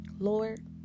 Lord